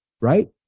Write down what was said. right